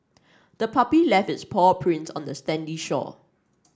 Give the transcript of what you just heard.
the puppy left its paw prints on the sandy shore